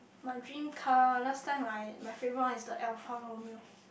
my dream car last time I my favourite one is the Alfa Romeo